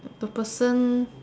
the person